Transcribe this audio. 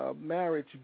marriage